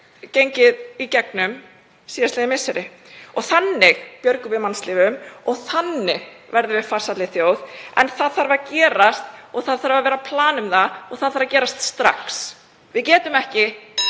gengið í gegnum síðastliðin misseri. Þannig björgum við mannslífum og þannig verðum við farsælli þjóð. En það þarf að gerast og það þarf að vera plan um það og það þarf að gerast strax. Við getum ekki